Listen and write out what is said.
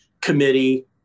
committee